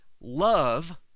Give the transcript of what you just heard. love